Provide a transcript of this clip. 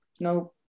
no